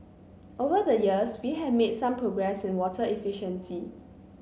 over the years we have made some progress in water efficiency